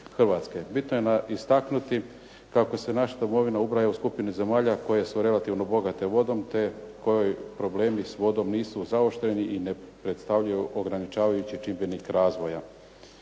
Bitno je istaknuti kako se naša domovina ubraja u skupinu zemalja koje su relativno bogate vodom, te kojoj problemi s vodom nisu zaoštreni i ne predstavljaju ograničavajući čimbenik razvoja.